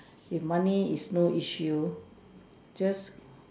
if money is no issue just